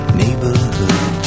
neighborhood